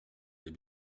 avez